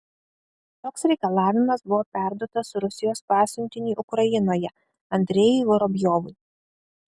toks reikalavimas buvo perduotas rusijos pasiuntiniui ukrainoje andrejui vorobjovui